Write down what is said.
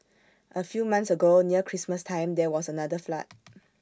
A few months ago near Christmas time there was another flood